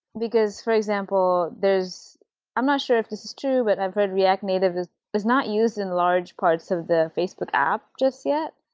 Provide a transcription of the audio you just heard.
because, for example, there's i'm not sure if this is true, but i've heard react native is not used in large parts of the facebook app just yet,